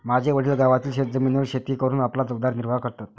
माझे वडील गावातील शेतजमिनीवर शेती करून आपला उदरनिर्वाह करतात